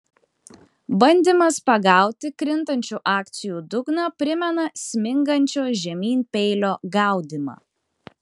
bandymas pagauti krintančių akcijų dugną primena smingančio žemyn peilio gaudymą